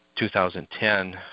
2010